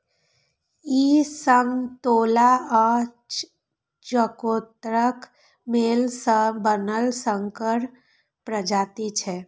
ई समतोला आ चकोतराक मेल सं बनल संकर प्रजाति छियै